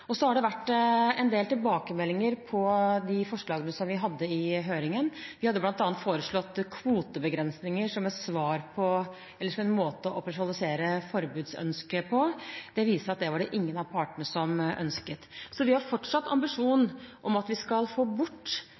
proposisjon. Så har det vært en del tilbakemeldinger på de forslagene vi hadde i høringen. Vi foreslo bl.a. kvotebegrensninger som en måte å operasjonalisere forbudsønsket på. Det viste seg at det var det ingen av partene som ønsket. Vi har fortsatt en ambisjon om at vi skal få bort